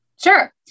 Sure